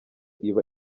iba